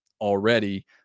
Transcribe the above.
already